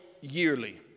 yearly